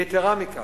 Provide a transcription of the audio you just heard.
יתירה מכך,